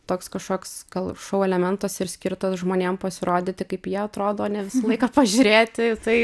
toks kažkoks gal šou elementas ir skirtas žmonėms pasirodyti kaip jie atrodo o ne visą laiką pažiūrėti tai